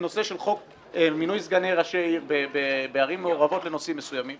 בנושא של חוק מינוי סגני ראשי עיר בערים מעורבות בנושאים מסוימים,